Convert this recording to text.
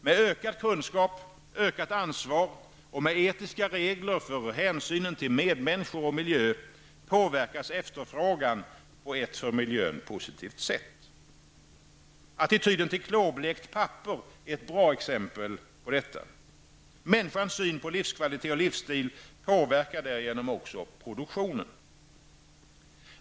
Med ökad kunskap, ökat ansvar och med etiska regler för hänsynen till medmänniskor och miljö påverkas efterfrågan på ett för miljö positivt sätt. Attityden klorblekt papper är ett bra exempel på detta. Människans syn på livskvalitet och livsstil påverkar därigenom också produktionen.